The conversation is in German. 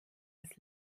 als